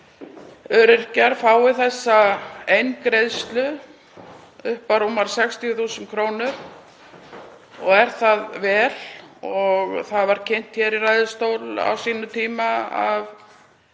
öryrkjar fái þessa eingreiðslu upp á rúmar 60.000 kr. og er það vel. Það var kynnt hér í ræðustól á sínum tíma, af